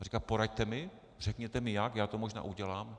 Říkal: poraďte mi, řekněte mi jak, já to možná udělám.